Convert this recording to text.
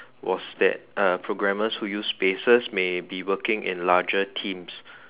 was that uh programmers who uses spaces may be working in larger teams